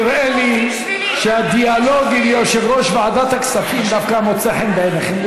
נראה לי שהדיאלוג עם יושב-ראש ועדת הכספים דווקא מוצא חן בעיניכם.